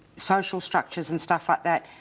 social structures and stuff like that,